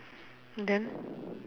then